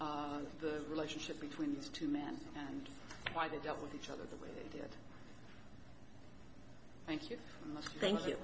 the relationship between these two men and why they dealt with each other the way they did thank you thank you